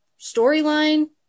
storyline